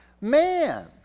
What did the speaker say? Man